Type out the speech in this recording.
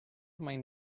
mind